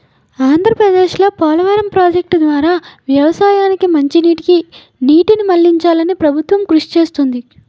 ఆంధ్రప్రదేశ్లో పోలవరం ప్రాజెక్టు ద్వారా వ్యవసాయానికి మంచినీటికి నీటిని మళ్ళించాలని ప్రభుత్వం కృషి చేస్తుంది